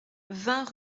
vingt